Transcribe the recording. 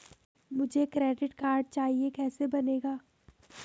मुझे credit card चाहिए कैसे बनेगा?